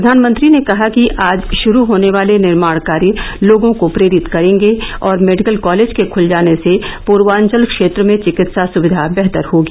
प्रधानमंत्री ने कहा कि आज शुरू होने वाले निर्माण कार्य लोगों को प्रेरित करेंगे और मेडिकल कॉलेज के खुल जाने से पूर्वांचल क्षेत्र में चिकित्सा सुविधा बेहतर होगी